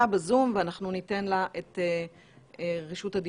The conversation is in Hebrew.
בזום ואנחנו ניתן לה את רשות הדיבור.